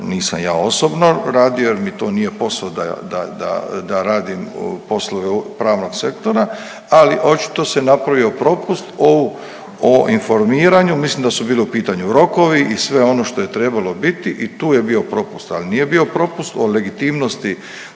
nisam ja osobno radio, jer mi to nije posao da radim poslove pravnog sektora, ali očito se napravio propust o informiranju. Mislim da su bili u pitanju rokovi i sve ono što je trebalo biti i tu je bio propust. Ali nije bio propust o legitimnosti